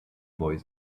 boy